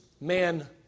man